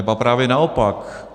Ba právě naopak.